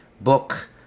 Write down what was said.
book